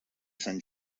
sant